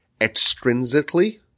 extrinsically